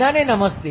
બધા ને નમસ્તે